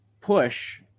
push